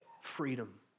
Freedom